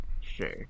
Sure